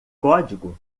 código